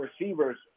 receivers